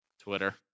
Twitter